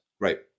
Right